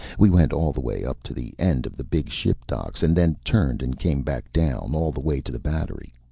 we went all the way up to the end of the big-ship docks, and then turned and came back down, all the way to the battery.